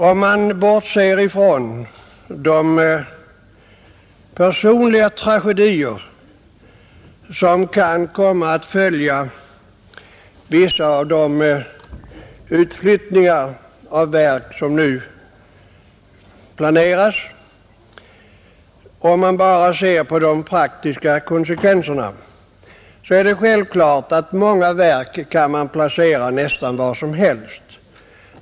Om man bortser ifrån de personliga tragedier som kan komma att följa vissa av de utflyttningar av verk som nu planeras och om man bara ser på de praktiska konsekvenserna, så är det självklart att många verk kan placeras nästan var som helst.